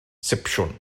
sipsiwn